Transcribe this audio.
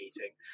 meeting